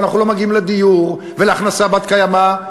אנחנו לא מגיעים לדיור ולהכנסה בת-קיימא?